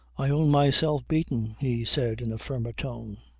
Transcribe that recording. i own myself beaten, he said in a firmer tone.